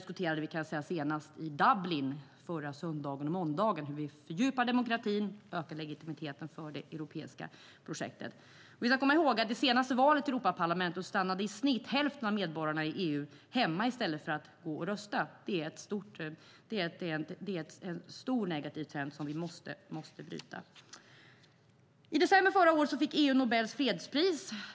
Senast i Dublin förra söndagen och måndagen diskuterade vi hur vi fördjupar demokratin och ökar legitimiteten för det europeiska projektet. Vi ska komma ihåg att i det senaste valet till Europaparlamentet stannade i snitt hälften av medborgarna i EU hemma i stället för att gå och rösta. Det är en stor negativ trend som vi måste bryta. I december förra året fick EU Nobels fredspris.